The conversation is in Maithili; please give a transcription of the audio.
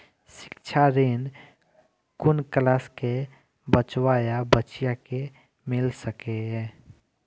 शिक्षा ऋण कुन क्लास कै बचवा या बचिया कै मिल सके यै?